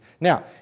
Now